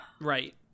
Right